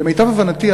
למיטב הבנתי,